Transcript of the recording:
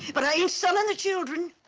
but i ain't selling the children.